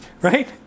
Right